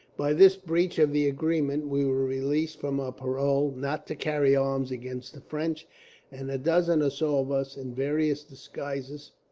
by this breach of the agreement, we were released from our parole not to carry arms against the french and a dozen or so of us, in various disguises,